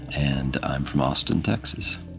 and i'm from austin, texas.